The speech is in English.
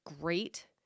great